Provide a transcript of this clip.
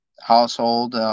Household